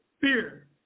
fear